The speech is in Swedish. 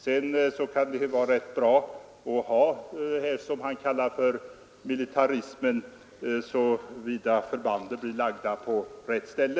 Slutligen vill jag säga att det ibland kan vara rätt bra att ha tillgång till detta som herr Lövenborg kallar för militarismen, såvida förbanden placeras på rätt ställe.